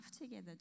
together